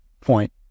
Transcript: point